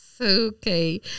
Okay